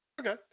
Okay